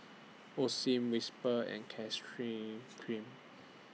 Osim Whisper and Kreme